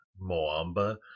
Moamba